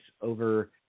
over